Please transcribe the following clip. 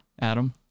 Adam